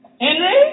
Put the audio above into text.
Henry